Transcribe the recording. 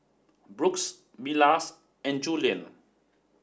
Brooks Milas and Juliann